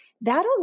That'll